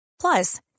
Plus